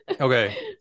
okay